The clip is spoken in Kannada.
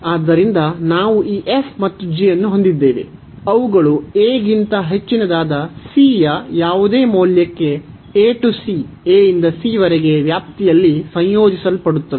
ಆದ್ದರಿಂದ ನಾವು ಈ ಮತ್ತು ಅನ್ನು ಹೊಂದಿದ್ದೇವೆ ಅವುಗಳು ಗಿಂತ ಹೆಚ್ಚಿನದಾದ ಯ ಯಾವುದೇ ಮೌಲ್ಯಕ್ಕೆ ವ್ಯಾಪ್ತಿಯಲ್ಲಿ ಸಂಯೋಜಿಸಲ್ಪಡುತ್ತವೆ